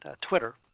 Twitter